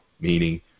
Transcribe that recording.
meaning